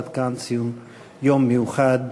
עד כאן היום המיוחד.